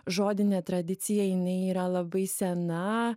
žodinė tradicija jinai yra labai sena